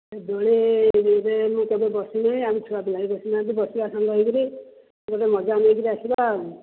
ଦୋଳିରେ ମୁଁ କେବେ ବସିନାହିଁ ଆମ ଛୁଆ ପିଲା ବି ବସିନାହାନ୍ତି ବସିବା ସାଙ୍ଗ ହୋଇକରି ଗୋଟେ ମଜା ନେଇକରି ଆସିବା ଆଉ